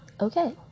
okay